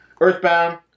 Earthbound